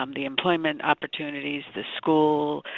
um the employment opportunities, the school